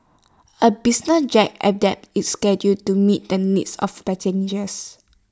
A business jet adapts its schedule to meet the needs of passengers